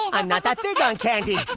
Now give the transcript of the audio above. yeah i'm not that big on candy!